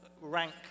rank